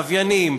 לוויינים,